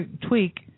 tweak